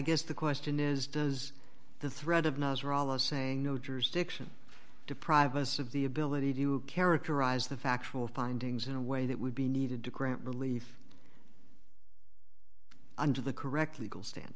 guess the question is does the threat of nos or all of saying no jurisdiction deprive us of the ability to characterize the factual findings in a way that would be needed to grant relief under the correct legal stand